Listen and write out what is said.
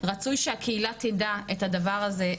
רצוי שהקהילה תדע את הדבר הזה,